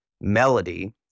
melody